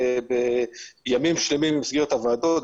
ימים שלמים במסגרת הוועדות,